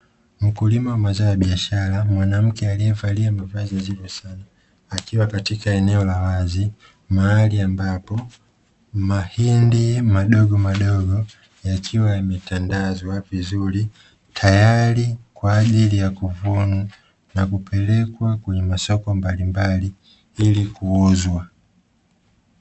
Mkulima wa mazao ya biashara, mwanamke aliyevaa mavazi ya kijivu sana, alisimama katika eneo la wazi mahali ambapo mahindi madogo madogo yakiwa yametandazwa vizuri tayari kwa ajili ya kuvunwa na kupelekwa kwenye masoko mbalimbali ili kuuzwa.